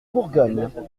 bourgogne